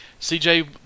CJ